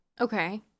okay